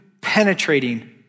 penetrating